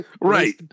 Right